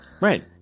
right